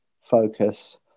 focus